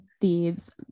thieves